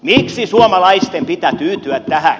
miksi suomalaisten pitää tyytyä tähän